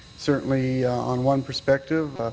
certainly on one perspective,